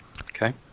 Okay